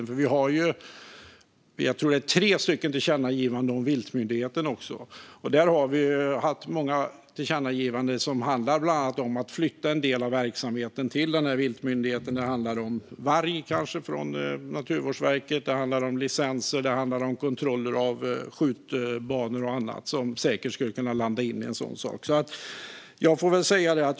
Det finns tre - tror jag - tillkännagivanden om viltmyndigheten, och vi har haft många tillkännagivanden som bland annat handlar om att flytta en del av verksamheten till viltmyndigheten. Det gäller till exempel att flytta frågan om varg från Naturvårdsverket. Det handlar även om licenser, kontroller av skjutbanor och annat som säkert skulle kunna landa i en sådan myndighet.